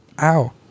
ow